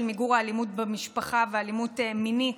מיגור האלימות במשפחה והאלימות המינית,